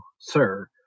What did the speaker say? sir